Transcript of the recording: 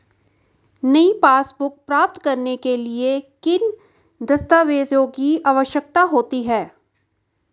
नई पासबुक प्राप्त करने के लिए किन दस्तावेज़ों की आवश्यकता होती है?